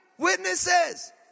Witnesses